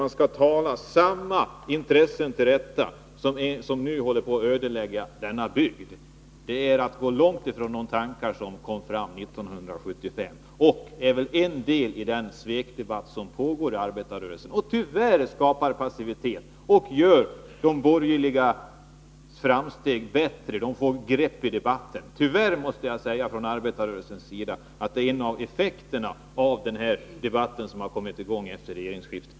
Man skall tala samma intressen till rätta som nu håller på att ödelägga den aktuella bygden. Det är att hamna långt från de tankar som fanns 1975. Samtidigt utgör nog detta en del av den svekdebatt som pågår inom arbetarrörelsen och som tyvärr skapar passivitet och innebär större framsteg för de borgerliga, vilka får ett grepp om debatten. Som representant för arbetarrörelsen måste jag tyvärr säga att det är en av effekterna av den debatt som har kommit i gång efter regeringsskiftet.